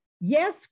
Yes